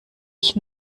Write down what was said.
ich